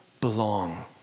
belong